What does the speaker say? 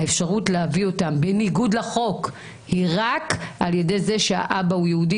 האפשרות להביא אותם בניגוד לחוק היא רק על ידי זה שהאבא הוא יהודי,